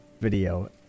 video